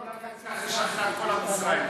אולי אני אצליח לשכנע את כל עם ישראל.